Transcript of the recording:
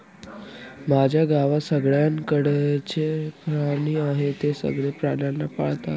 माझ्या गावात सगळ्यांकडे च प्राणी आहे, ते सगळे प्राण्यांना पाळतात